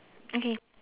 okay